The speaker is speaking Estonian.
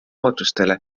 ootustele